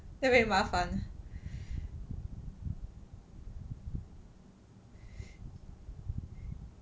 then 会很麻烦